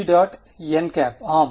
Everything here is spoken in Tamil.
nஆம்